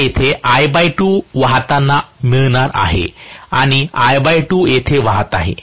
मला येथे I 2 वाहतांना मिळणार आहे आणि I 2 येथे वाहत आहे